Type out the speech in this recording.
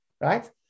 right